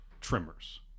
trimmers